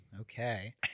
Okay